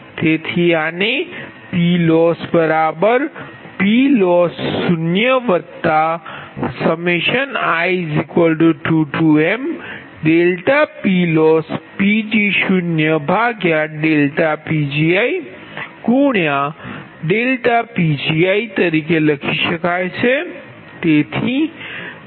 તેથી આને PLossPLoss0i2mPLossPgoPgi∆Pgi તરીકે લખી શકાય છે